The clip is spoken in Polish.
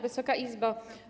Wysoka Izbo!